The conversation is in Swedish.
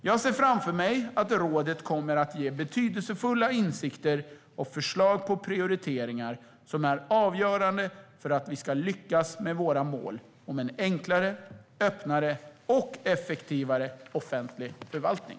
Jag ser framför mig att rådet kommer att ge betydelsefulla insikter och förslag på prioriteringar som är avgörande för att vi ska lyckas med våra mål om en enklare, öppnare och effektivare offentlig förvaltning.